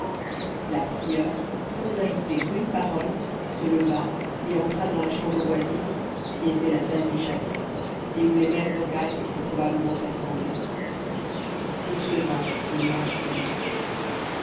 la prieure sans ajouter une parole se leva et entra dans la chambre voisine qui était la salle du chapitre et où les mères vocales étaient probablement assemblées fauchelevent demeura seul